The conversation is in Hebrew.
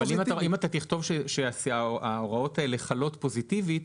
אם אתה תכתוב שההוראות האלה חלות פוזיטיבית,